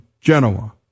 Genoa